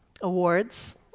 Awards